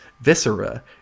viscera